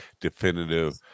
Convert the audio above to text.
definitive